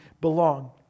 belong